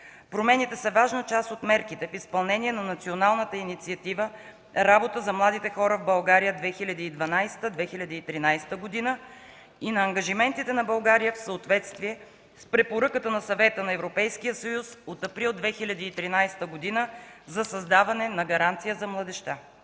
Промените са важна част от мерките в изпълнение на Националната инициатива „Работа за младите хора в България” 2012-2013 г. и на ангажиментите на България в съответствие с препоръката на Съвета на Европейския съюз от април 2013 г. за създаване на „Гаранция за младежта”.